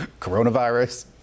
Coronavirus